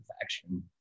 infection